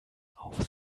auf